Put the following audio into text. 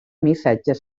missatges